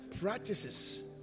practices